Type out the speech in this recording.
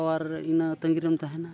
power ᱤᱱᱟᱹ ᱛᱟᱸᱜᱤᱨᱮᱢ ᱛᱟᱦᱮᱱᱟ